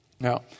Now